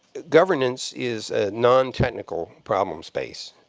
governance is a nontechnical problem space.